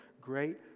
great